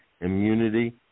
Immunity